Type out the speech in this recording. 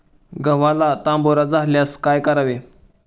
गव्हाला तांबेरा झाल्यास काय करावे?